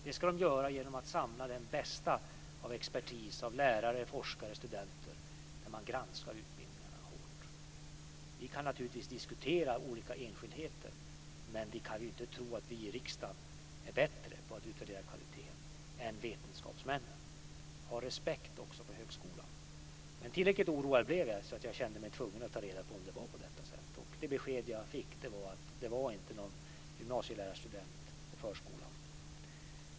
Det ska de göra genom att samla den bästa av expertis, av lärare, forskare och studenter, och granska utbildningarna hårt. Vi kan naturligtvis diskutera olika enskildheter, men vi kan inte tro att vi i riksdagen är bättre på att utvärdera kvaliteten än vetenskapsmännen är. Ha respekt också för högskolan! Tillräckligt oroad blev jag för att känna mig tvungen att ta reda på om det var på detta sätt, och det besked jag fick var att det inte var någon gymnasielärarstudent på förskolan.